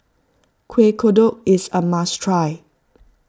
Kueh Kodok is a must try